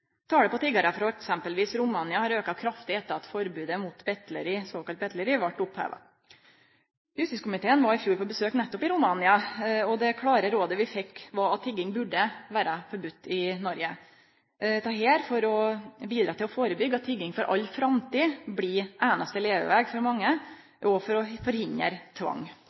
Talet på tiggarar frå eksempelvis Romania har auka kraftig etter at forbodet mot såkalla betleri vart oppheva. Justiskomiteen var i fjor på besøk nettopp i Romania, og det klare rådet vi fekk, var at tigging burde vere forbode i Noreg – for å bidra til å førebyggje at tigging for all framtid blir einaste leveveg for mange, og for å forhindre tvang.